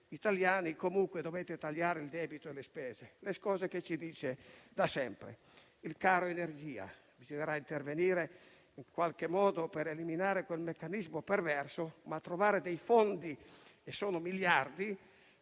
dice che comunque dobbiamo tagliare il debito e le spese. Sono le cose che ci dice da sempre. Il caro energia: bisognerà intervenire in qualche modo per eliminare quel meccanismo perverso, ma trovare dei fondi - e sono miliardi